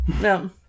No